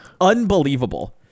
unbelievable